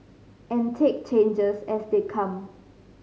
and take changes as they come